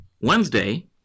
Wednesday